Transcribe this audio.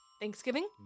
Thanksgiving